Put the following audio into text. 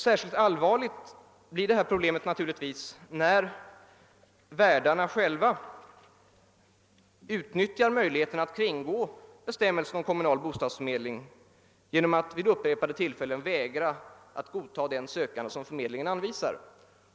Särskilt allvarligt blir detta problem när värdarna själva utnyttjar möjligheterna att kringgå bestämmelserna om kommunal bostadsförmedling genom att vid upprepade tillfällen vägra att godta de sökande som förmedlingen anvisar.